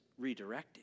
redirecting